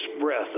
breath